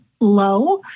low